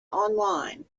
online